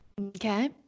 Okay